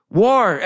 war